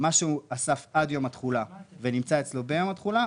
מה שהוא אסף עד יום התחולה ונמצא אצלו ביום התחולה,